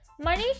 Manish